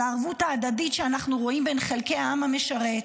על הערבות ההדדית שאנחנו רואים בין חלקי העם המשרת.